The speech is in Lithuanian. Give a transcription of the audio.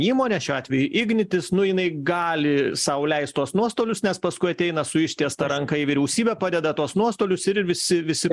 įmonė šiuo atveju ignitis nu jinai gali sau leist tuos nuostolius nes paskui ateina su ištiesta ranka į vyriausybę padeda tuos nuostolius ir visi visi